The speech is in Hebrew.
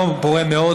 יום פורה מאוד,